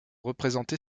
représenter